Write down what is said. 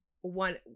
one